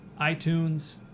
iTunes